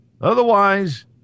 Otherwise